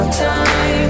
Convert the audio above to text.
time